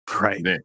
right